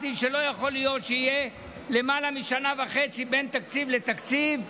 שלא יכול להיות שיהיו למעלה משנה וחצי בין תקציב לתקציב,